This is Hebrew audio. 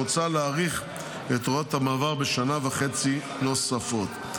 מוצע להאריך את הוראת המעבר בשנה וחצי נוספות.